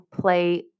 play